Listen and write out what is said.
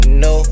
no